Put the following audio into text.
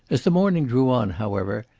as the morning drew on, however,